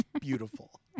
beautiful